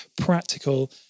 practical